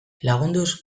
lagunduz